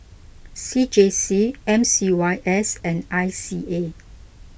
C J C M C Y S and I C A